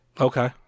Okay